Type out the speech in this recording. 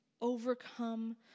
overcome